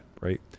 right